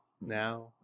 now